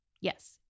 Yes